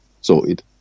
Sorted